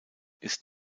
ist